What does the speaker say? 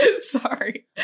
Sorry